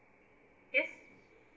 yes